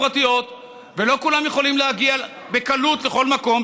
פרטיות ולא כולם יכולים להגיע בקלות לכל מקום.